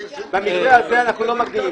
במקרה הזה אנחנו לא מקדימים.